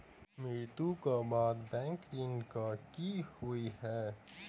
मृत्यु कऽ बाद बैंक ऋण कऽ की होइ है?